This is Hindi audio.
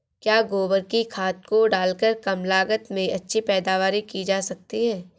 क्या गोबर की खाद को डालकर कम लागत में अच्छी पैदावारी की जा सकती है?